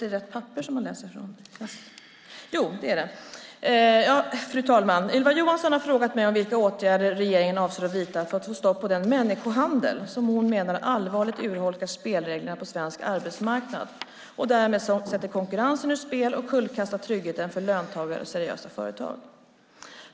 Fru talman! Ylva Johansson har frågat mig vilka åtgärder regeringen avser att vidta för att få stopp på den människohandel som hon menar allvarligt urholkar spelreglerna på svensk arbetsmarknad och därmed sätter konkurrensen ur spel och kullkastar tryggheten för löntagare och seriösa företag.